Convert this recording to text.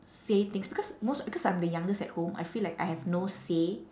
say things because most because I'm the youngest at home I feel like I have no say